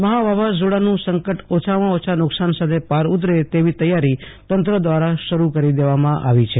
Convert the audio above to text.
મફા વાવઝોડાનું સંકટ ઓછામાં ઓછા નુકશાન સાથે ઉતરે તેવી તૈયારી તંત્ર દ્વારા શરૂ કરી દેવામાં આવી છે